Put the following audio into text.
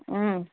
ಹ್ಞೂ